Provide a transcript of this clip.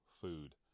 food